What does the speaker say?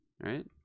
right